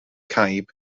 caib